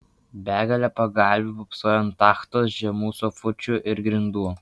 begalė pagalvių pūpsojo ant tachtos žemų sofučių ir grindų